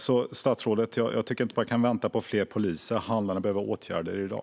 Jag tycker inte att man kan vänta på fler poliser, statsrådet, utan handlarna behöver ha åtgärder i dag.